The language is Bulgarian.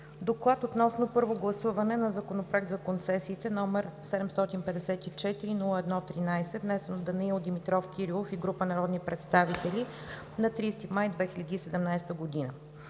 „ДОКЛАД относно първо гласуване на Законопроект за концесиите, № 754-01-13, внесен от Данаил Димитров Кирилов и група народни представители на 30 май 2017 г.